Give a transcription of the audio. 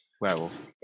werewolf